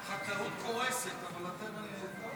התשפ"ה 2024,